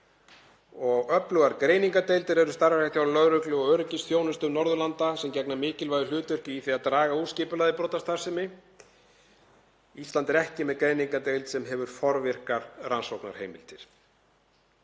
Öflugar greiningardeildir eru starfræktar hjá lögreglu og öryggisþjónustu annarra Norðurlanda sem gegna mikilvægu hlutverki í því að draga úr skipulagðri brotastarfsemi. Ísland er ekki með greiningardeild sem hefur forvirkar rannsóknarheimildir.